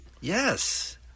Yes